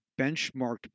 benchmarked